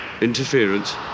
interference